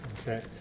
Okay